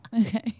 Okay